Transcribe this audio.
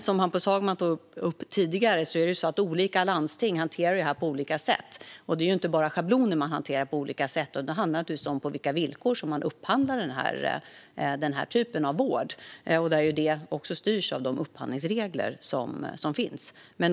Som Hampus Hagman tog upp hanterar olika landsting detta på olika sätt, och det gäller inte bara schabloner utan på vilka villkor man upphandlar denna typ av vård, vilket också styrs av de upphandlingsregler som finns.